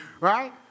Right